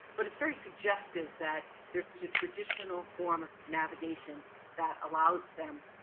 but it's very suggestive that there's a traditional form of navigation that allows them,